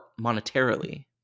monetarily